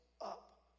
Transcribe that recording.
up